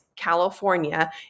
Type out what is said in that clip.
California